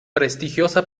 prestigiosa